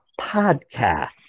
podcast